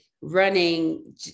running